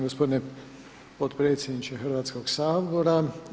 Gospodine potpredsjedniče Hrvatskog sabora.